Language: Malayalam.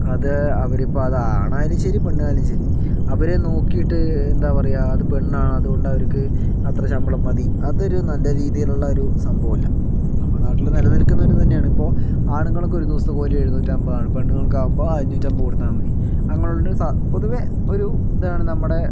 അത് അവര് ഇപ്പോൾ അത് ആണായാലും ശെരി പെണ്ണായാലും ശെരി അവരെ നോക്കീട്ട് എന്താ പറയുക അത് പെണ്ണാണ് അതുകൊണ്ട് അവർക്ക് അത്ര ശമ്പളം മതി അത് ഒരു നല്ല രീതിയിൽ ഉള്ള ഒരു സംഭവം അല്ല നമ്മുടെ നാട്ടില് നില നിൽക്കുന്നവര് തന്നെയാണ് ഇപ്പോ ആണുങ്ങൾക്ക് ഒരു ദിവസത്തെ കൂലി എഴുന്നൂറ്റമ്പത് ആണ് പെണ്ണുങ്ങൾക്ക് ആകുമ്പോൾ അഞ്ഞൂറ്റമ്പത് കൊടുത്താ മതി അങ്ങനെയുള്ള ഒരു സ പൊതുവേ ഒരു ഇതാണ് നമ്മുടെ